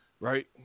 right